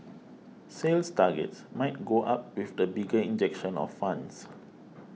sales targets might go up with the bigger injection of funds